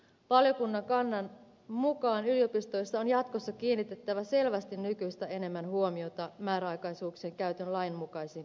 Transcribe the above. valiokunnan kannan mukaan yliopistoissa on jatkossa kiinnitettävä selvästi nykyistä enemmän huomiota määräaikaisuuksien käytön lainmukaisiin perusteisiin